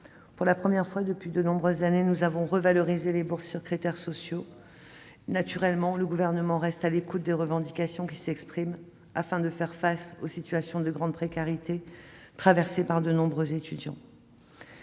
Pour la première fois depuis de nombreuses années, nous avons revalorisé les bourses sur critères sociaux. Naturellement, le Gouvernement reste à l'écoute des revendications qui s'expriment, afin de faire face aux situations de grande précarité traversées par de nombreux étudiants.